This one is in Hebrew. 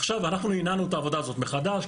עכשיו אנחנו הנענו את העבודה הזאת מחדש.